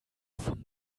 vom